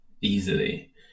easily